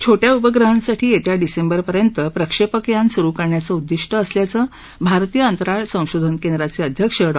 छोट्या उपग्रहांसाठी येत्या डिसेंबरपर्यंत प्रक्षेपक यान सुरु करण्याचं उद्दिष्ट असल्याचं भारतीय अंतराळ संशोधन केंद्राचे अध्यक्ष डॉ